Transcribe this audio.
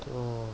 orh